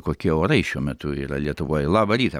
kokie orai šiuo metu yra lietuvoj labą rytą